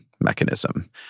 mechanism